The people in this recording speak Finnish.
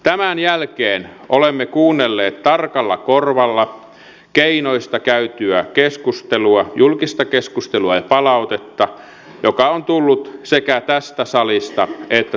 tämän jälkeen olemme kuunnelleet tarkalla korvalla keinoista käytyä keskustelua julkista keskustelua ja palautetta joka on tullut sekä tästä salista että työmarkkinajärjestöiltä